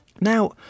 Now